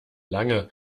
lange